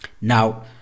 Now